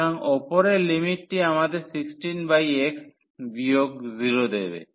সুতরাং উপরের লিমিটটি আমাদের 16x বিয়োগ 0 দেবে